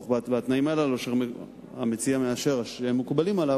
אשר המציע מאשר שהם מקובלים עליו,